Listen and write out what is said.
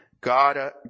God